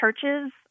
churches